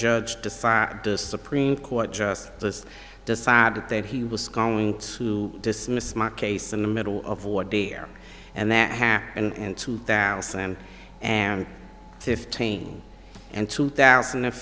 judge decided the supreme court justice decided that he was going to dismiss my case in the middle of what there and that happened in two than thousand and fifteen and two thousand a